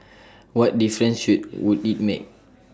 what difference should would IT make